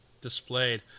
displayed